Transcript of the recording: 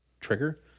trigger